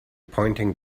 pointing